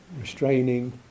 restraining